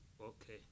okay